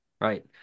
right